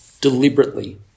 deliberately